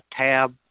tab